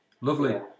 Lovely